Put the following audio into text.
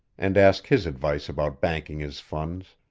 and ask his advice about banking his funds,